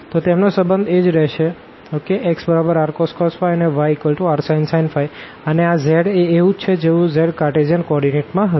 તો તેમનો સંબંધ એજ રેહશે xrcos અને yrsin અને આ z એ એવું જ છે જેવું z કારટેઝિયન કો ઓર્ડીનેટમાં હતું